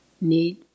need